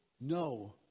no